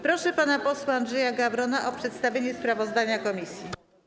Proszę pana posła Andrzeja Gawrona o przedstawienie sprawozdania komisji.